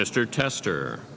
mr tester